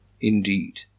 Indeed